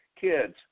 Kids